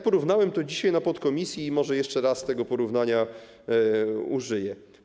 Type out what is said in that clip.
Porównałem to dzisiaj na posiedzeniu podkomisji i może jeszcze raz tego porównania użyję.